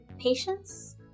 patience